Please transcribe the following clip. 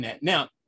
Now